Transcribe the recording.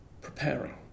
preparing